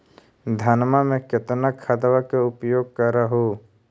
धानमा मे कितना खदबा के उपयोग कर हू?